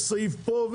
וסעיף פה,